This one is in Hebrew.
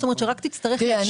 זאת אומרת, רק תצטרך לאשר.